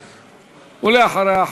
ואחריה,